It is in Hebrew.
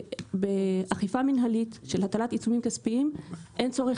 באכיפה מנהלית של הטלת עיצומים כספיים אין צורך